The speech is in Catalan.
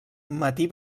matí